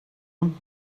him